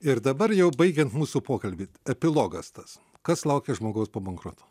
ir dabar jau baigiant mūsų pokalbį epilogas tas kas laukia žmogaus po bankroto